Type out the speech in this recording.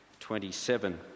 27